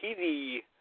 TV